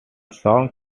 song